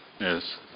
Yes